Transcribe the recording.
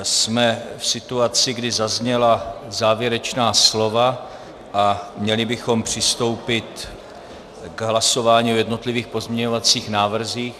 Jsme v situaci, kdy zazněla závěrečná slova, a měli bychom přistoupit k hlasování o jednotlivých pozměňovacích návrzích.